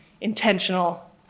Intentional